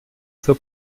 zur